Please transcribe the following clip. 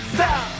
Stop